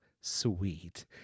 sweet